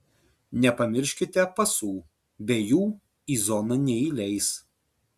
nepamirškite pasų be jų į zoną neįleis